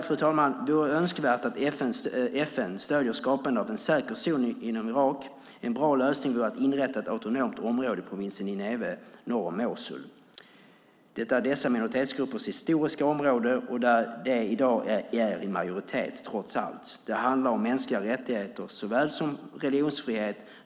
Det vore önskvärt att FN stöder skapandet av en säker zon inom Irak. En bra lösning vore att inrätta ett autonomt område i provinsen Nineve norr om Mosul. Det är dessa minoritetsgruppers historiska område, och där är de i dag trots allt i majoritet. Det handlar om mänskliga rättigheter såväl som religionsfrihet.